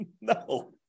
No